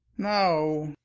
no,